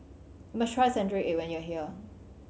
must try century egg when you are here